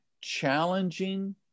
challenging